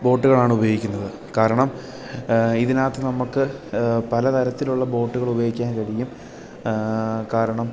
ബോട്ടുകളാണ് ഉപയോഗിക്കുന്നത് കാരണം ഇതിനകത്ത് നമ്മൾക്ക് പല തരത്തിലുള്ള ബോട്ടുകൾ ഉപയോഗിക്കാൻ കഴിയും കാരണം